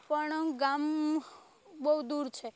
પણ ગામ બહુ દૂર છે